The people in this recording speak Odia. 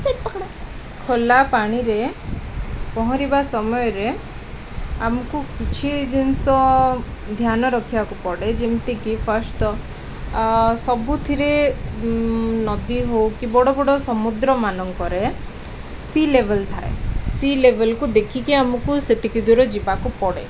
ଖୋଲା ପାଣିରେ ପହଁରିବା ସମୟରେ ଆମକୁ କିଛି ଜିନିଷ ଧ୍ୟାନ ରଖିବାକୁ ପଡ଼େ ଯେମିତିକି ଫାଷ୍ଟ ତ ସବୁଥିରେ ନଦୀ ହଉ କି ବଡ଼ ବଡ଼ ସମୁଦ୍ର ମାନଙ୍କରେ ସି ଲେବଲ୍ ଥାଏ ସି ଲେବଲ୍କୁ ଦେଖିକି ଆମକୁ ସେତିକି ଦୂର ଯିବାକୁ ପଡ଼େ